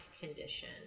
condition